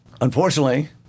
unfortunately